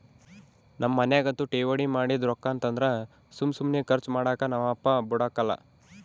ನಮ್ ಮನ್ಯಾಗಂತೂ ಠೇವಣಿ ಮಾಡಿದ್ ರೊಕ್ಕಾನ ತಂದ್ರ ಸುಮ್ ಸುಮ್ನೆ ಕರ್ಚು ಮಾಡಾಕ ನಮ್ ಅಪ್ಪ ಬುಡಕಲ್ಲ